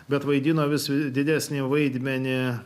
bet vaidino vis didesnį vaidmenį